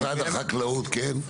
משרד החקלאות, כן?